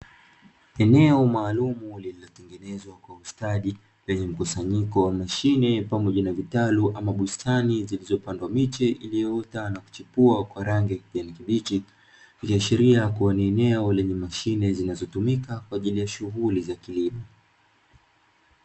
Eneo maalumu lililotengenezwa kwa ustadi, lenye mkusanyiko wa mashine pamoja na vitalu ama bustani zilizopandwa miche ilioota na kuchipua kwa Rangi ya kijani kibichi, ikiashiria kuwa ni eneo lenye mashine zinazotumika kwa ajili ya shughuli za kilimo.